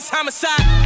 Homicide